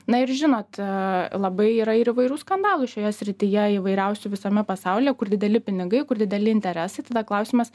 na ir žinot labai yra ir įvairių skandalų šioje srityje įvairiausių visame pasaulyje kur dideli pinigai kur dideli interesai tada klausimas